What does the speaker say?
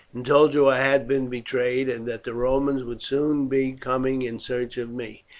and told you i had been betrayed, and that the romans would soon be coming in search of me,